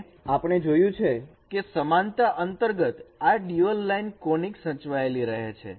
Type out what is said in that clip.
અને આપણે જોયું છે કે સમાનતા અંતર્ગત આ ડ્યુઅલ લાઈન કોનીક સચવાયેલી રહે છે